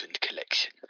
Collection